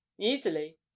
easily